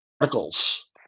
articles